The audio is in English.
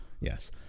Yes